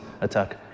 attack